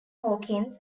hawkins